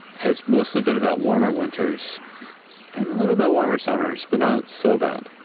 has mostly been about warmer winters and a little bit warmer summers but not so bad.